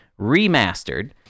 remastered